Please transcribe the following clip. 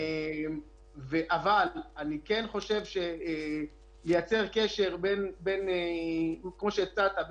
אבל אני כן חושב ליצור קשר כמו שהצעת,